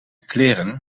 kleren